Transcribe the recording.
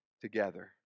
together